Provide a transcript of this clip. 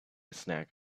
snack